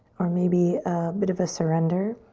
or maybe a bit of a surrender.